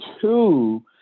two